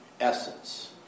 essence